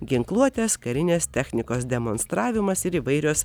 ginkluotės karinės technikos demonstravimas ir įvairios